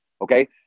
Okay